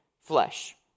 flesh